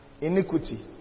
iniquity